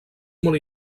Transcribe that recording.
molt